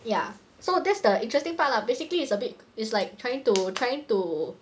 ya so that's the interesting part lah basically it's a bit is like trying to trying to